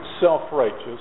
self-righteous